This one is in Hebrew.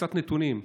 קצת נתונים: